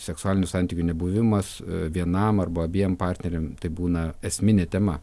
seksualinių santykių nebuvimas vienam arba abiem partneriam tai būna esminė tema